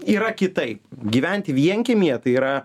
yra kitaip gyventi vienkiemyje tai yra